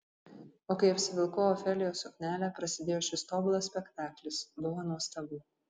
o kai apsivilkau ofelijos suknelę prasidėjo šis tobulas spektaklis buvo nuostabu